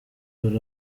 abazi